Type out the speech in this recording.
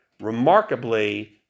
remarkably